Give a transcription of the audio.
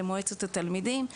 למועצת התלמידים וכן הלאה,